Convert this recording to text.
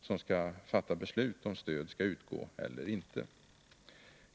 som skall fatta beslut om huruvida stöd skall utgå eller inte.